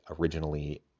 originally